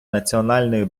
національної